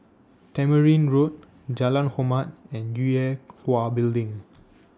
Tamarind Road Jalan Hormat and Yue Hwa Building